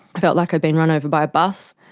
i felt like i'd been run over by a bus.